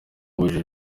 bujuje